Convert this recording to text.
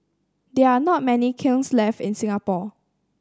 there are not many kilns left in Singapore